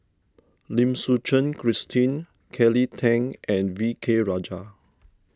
Lim Suchen Christine Kelly Tang and V K Rajah